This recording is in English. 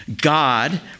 God